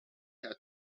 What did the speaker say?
had